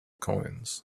coins